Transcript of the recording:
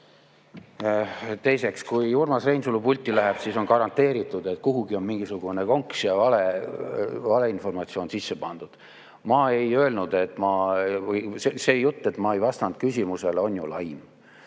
Teiseks, kui Urmas Reinsalu pulti läheb, siis on garanteeritud, et kuhugi on mingisugune konks ja valeinformatsioon sisse pandud. Ma ei öelnud, et ma … See jutt, et ma ei vastanud küsimusele, on ju laim.